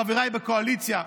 חבריי בקואליציה,